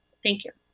thank you.